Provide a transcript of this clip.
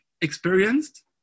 experienced